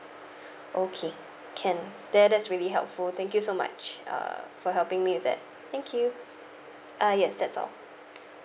okay can there that's really helpful thank you so much uh for helping me with that thank you uh yes that's all